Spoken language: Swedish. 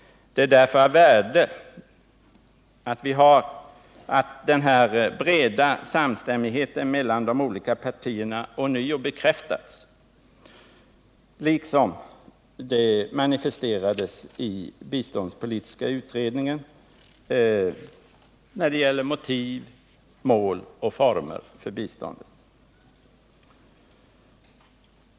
Det är därför av värde att den breda samstämmigheten mellan de olika partierna ånyo bekräftats i utrikesutskottets betänkande, liksom det manifesterades i biståndspolitiska utredningens genomgång av biståndets motiv, mål och former.